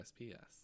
USPS